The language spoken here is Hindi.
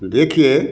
देखिए